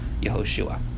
Yehoshua